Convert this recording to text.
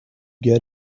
get